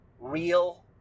real